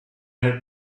her